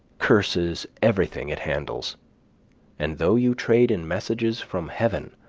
curses everything it handles and though you trade in messages from heaven,